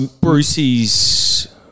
Brucey's